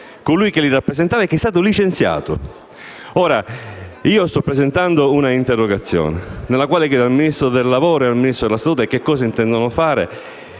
colui che li rappresentava e che è stato licenziato. Io sto presentando un'interrogazione, nella quale chiedo al Ministro del lavoro e al Ministro della salute cosa intendano fare: